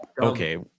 Okay